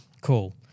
Cool